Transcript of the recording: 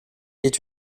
est